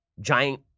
giant